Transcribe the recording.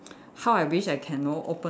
how I wish I can know open